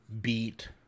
beat